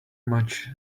much